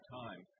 time